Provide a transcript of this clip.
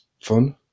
fun